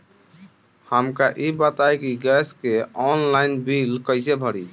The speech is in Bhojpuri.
हमका ई बताई कि गैस के ऑनलाइन बिल कइसे भरी?